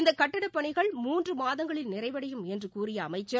இந்தக் கட்டடப் பணிகள் மூன்றுமாதங்களில் நிறைவடையும் என்றுகூறியஅமைச்சர்